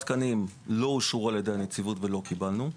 תקנים לא אושרו על ידי הנציבות ולא קיבלנו אותם.